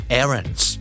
errands